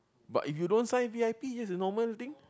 but if you don't sign v_i_p it's a normal thing